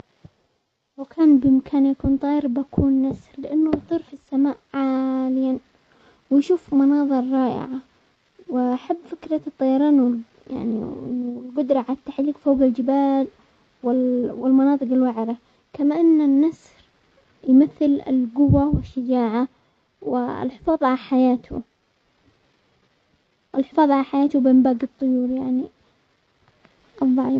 لوكان بامكاني اكون طير بكون نسر لانه يطير في السماء عاليا ويشوف مناظر رائعة ،واحب فكرة الطيران يعني انهالقدرة على التحليق فوق الجبال والمناطق الوعرة، كما ان النسر يمثل القوة والشجاعة والحفاظ على حياته- والحفاظ على حياته بين باقي الطيور يعني الضعيفة.